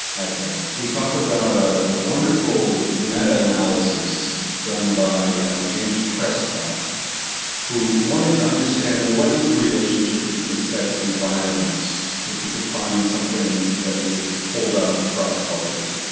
i think. we talk about a ah wonderful meta-analysis done by james prescott who wanted to understand what is the relationship between sex and violence, if you could find something that would hold up across cultures.